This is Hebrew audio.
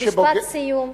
משפט סיום.